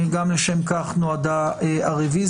גם לשם כך נועדה הרוויזיה.